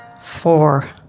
Four